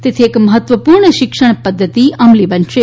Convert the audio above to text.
તેથી એક મફત્ત્વપૂર્ણ શિક્ષણ પદ્ધતિ અમલી બનશે